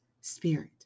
spirit